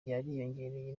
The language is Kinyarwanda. yariyongereye